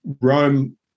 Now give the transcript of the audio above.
Rome